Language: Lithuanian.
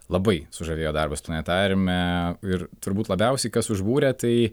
labai sužavėjo darbas planetariume ir turbūt labiausiai kas užbūrė tai